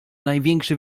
największy